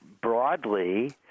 broadly –